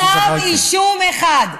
לא יצא אפילו כתב אישום אחד.